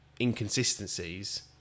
inconsistencies